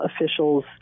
officials